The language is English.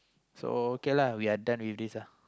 so okay lah we are done with this lah